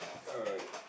alright